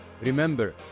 Remember